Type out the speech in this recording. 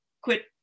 quit